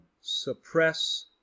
suppress